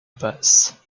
basse